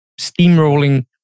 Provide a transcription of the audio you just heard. steamrolling